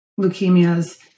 leukemias